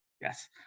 Yes